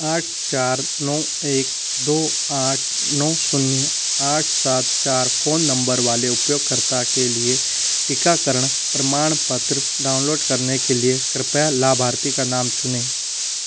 आठ चार नौ एक दो आठ नौ शून्य आठ सात चार फ़ोन नंबर वाले उपयोगकर्ता के लिए टीकाकरण प्रमाणपत्र डाउनलोड करने के लिए कृपया लाभार्थी का नाम चुनें